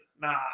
Nah